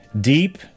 deep